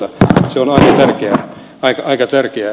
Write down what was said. se on aika tärkeä uudistus